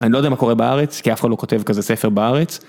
אני לא יודע מה קורה בארץ כי אף אחד לא כותב כזה ספר בארץ.